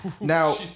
Now